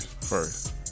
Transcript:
first